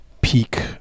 peak